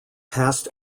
past